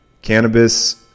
Cannabis